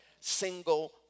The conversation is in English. single